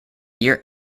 year